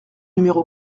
numéro